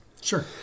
Sure